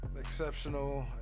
Exceptional